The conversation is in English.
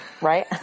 right